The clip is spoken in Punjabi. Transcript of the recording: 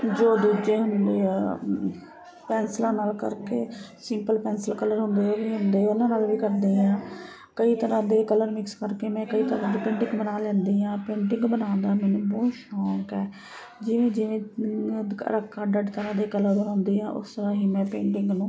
ਜੋ ਦੂਜੇ ਹੁੰਦੇ ਆ ਪੈਂਸਿਲਾਂ ਨਾਲ ਕਰਕੇ ਸਿੰਪਲ ਪੈਂਸਿਲ ਕਲਰ ਹੁੰਦੇ ਉਹ ਵੀ ਹੁੰਦੇ ਆ ਉਹਨਾਂ ਨਾਲ ਵੀ ਕਰਦੀ ਹਾਂ ਕਈ ਤਰ੍ਹਾਂ ਦੇ ਕਲਰ ਮਿਕਸ ਕਰਕੇ ਮੈਂ ਕਈ ਤਰ੍ਹਾਂ ਦੀ ਪੇਂਟਿੰਗ ਬਣਾ ਲੈਂਦੀ ਹਾਂ ਪੇਂਟਿੰਗ ਬਣਾਉਣ ਦਾ ਮੈਨੂੰ ਬਹੁਤ ਸ਼ੌਂਕ ਹੈ ਇਹ ਜਿਵੇਂ ਜਿਵੇਂ ਅੱਡ ਅੱਡ ਤਰ੍ਹਾਂ ਦੇ ਕਲਰ ਆਉਂਦੇ ਆ ਉਸ ਰਾਹੀਂ ਮੈਂ ਪੇਂਟਿੰਗ ਨੂੰ